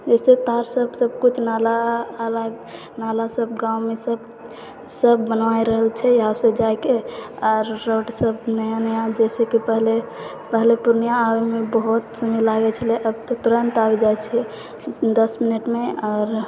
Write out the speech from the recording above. जैसे तार सब सबकुछ नाला अलग नाला सब गाममे सब सब बनाय रहल छै यहाँ सँ जाइके आर रोड सब नया नया जैसे कि पहिले पहले पूर्णिया अरमे बहुत समय लागै छलै अभी तऽ तुरत आबि जाइ छै दस मिनट मे और